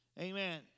Amen